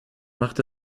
macht